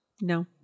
No